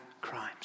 crimes